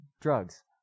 drugs